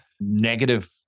negative